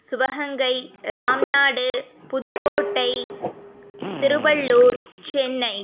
Sivaganga Ramnad Pudukkottai Tiruvallur Chennai